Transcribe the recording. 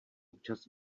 občas